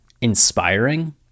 inspiring